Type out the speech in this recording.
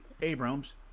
Abrams